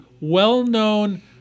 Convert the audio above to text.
well-known